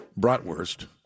bratwurst